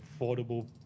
affordable